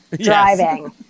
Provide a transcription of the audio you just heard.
driving